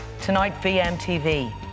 TonightVMTV